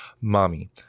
mommy